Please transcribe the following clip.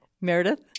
Meredith